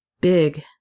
Big